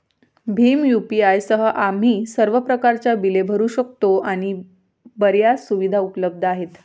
Bhim UPI सह, आम्ही सर्व प्रकारच्या बिले भरू शकतो आणि बर्याच सुविधा उपलब्ध आहेत